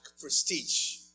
prestige